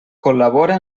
col·labora